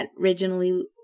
originally